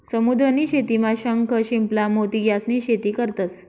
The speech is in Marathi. समुद्र नी शेतीमा शंख, शिंपला, मोती यास्नी शेती करतंस